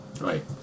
Right